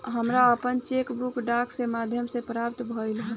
हमरा आपन cheque book डाक के माध्यम से प्राप्त भइल ह